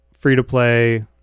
Free-to-play